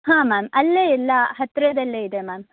ಹಾಂ ಮ್ಯಾಮ್ ಅಲ್ಲೇ ಎಲ್ಲ ಹತ್ತಿರದಲ್ಲೇ ಇದೆ ಮ್ಯಾಮ್